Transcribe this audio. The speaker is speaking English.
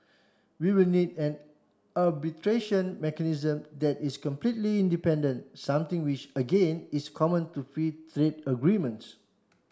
we will need an arbitration mechanism that is completely independent something which again is common to free trade agreements